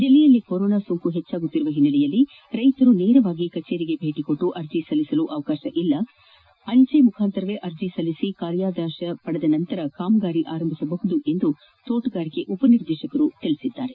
ಜಿಲ್ಲೆಯಲ್ಲಿ ಕೊರೊನಾ ಸೋಂಕು ಹೆಚ್ಚುತ್ತಿರುವ ಹಿನ್ನಲೆಯಲ್ಲಿ ರೈತರು ನೇರವಾಗಿ ಕಚೇರಿಗೆ ಭೇಟಿ ನೀಡಿ ಅರ್ಜಿ ಸಲ್ಲಿಸಲು ಅವಕಾಶವಿರುವುದಿಲ್ಲ ಆದ ಕಾರಣ ಅಂಚೆ ಮುಖಾಂತರವೆ ಅರ್ಜಿ ಸಲ್ಲಿಸಿ ಕಾರ್ಯಾದೇಶ ಪಡೆದ ನಂತರ ಕಾಮಗಾರಿ ಪ್ರಾರಂಭಿಸಬಹುದಾಗಿರುತ್ತದೆ ಎಂದು ತೋಟಗಾರಿಕೆ ಉಪನಿರ್ದೇಶಕರು ತಿಳಿಸಿದ್ದಾರೆ